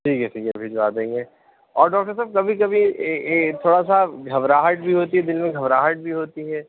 ٹھیک ہے ٹھیک ہے پھر بھیجوا دیں گے اور ڈاکٹر صاب کبھی کبھی تھوڑا سا گھبراہٹ بھی ہوتی ہے دل میں گھبراہٹ بھی ہوتی ہے